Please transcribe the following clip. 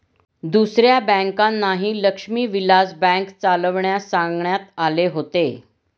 दुसऱ्या बँकांनाही लक्ष्मी विलास बँक चालविण्यास सांगण्यात आले होते